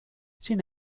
sin